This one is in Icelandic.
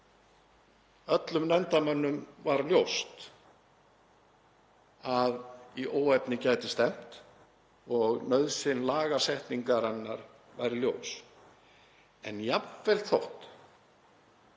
Öllum nefndarmönnum var ljóst að í óefni gæti stefnt og að nauðsyn lagasetningarinnar væri ljós. En jafnvel þótt